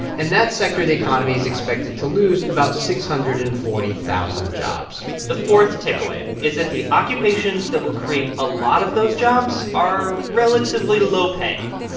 and that sector of the economy is expected to lose about six hundred and forty thousand jobs the fourth takeaway is that the occupations that will create a lot of those jobs are relatively low-paying.